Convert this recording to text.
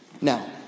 Now